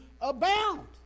abound